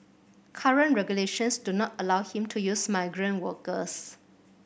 current regulations do not allow him to use migrant workers